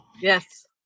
Yes